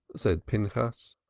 said pinchas.